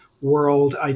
world